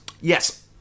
Yes